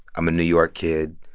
i'm a new york kid.